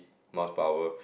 mouth power